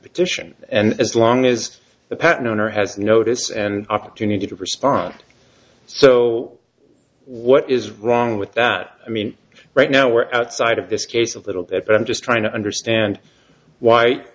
petition and as long as the patent owner has notice and opportunity to respond so what is wrong with that i mean right now we're outside of this case a little bit but i'm just trying to understand why